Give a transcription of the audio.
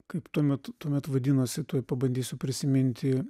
kaip tuomet tuomet vadinosi tuoj pabandysiu prisiminti